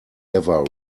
ever